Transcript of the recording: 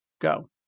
Go